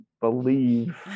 believe